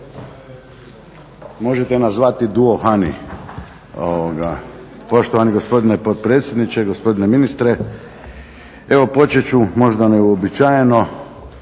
Možete nas zvati Duo Hani. Poštovani gospodine potpredsjedniče, gospodine ministre, evo počet ću možda neuobičajeno,